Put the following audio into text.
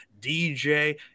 DJ